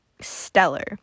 stellar